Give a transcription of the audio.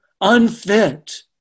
unfit